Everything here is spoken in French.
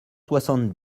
soixante